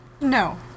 no